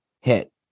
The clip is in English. hit